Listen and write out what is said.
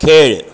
खेळ